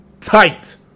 tight